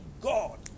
God